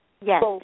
Yes